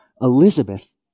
Elizabeth